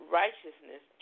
righteousness